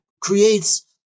creates